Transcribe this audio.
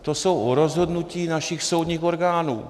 To jsou rozhodnutí našich soudních orgánů.